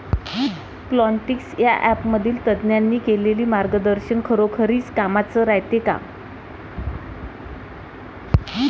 Plantix या ॲपमधील तज्ज्ञांनी केलेली मार्गदर्शन खरोखरीच कामाचं रायते का?